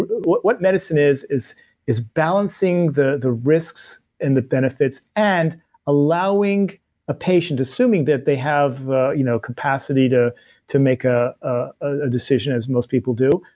what what medicine is is is balancing the the risks and the benefits and allowing a patient, assuming that they have ah you know capacity to to make ah ah a decision as most people do,